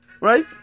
right